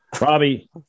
Robbie